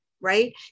right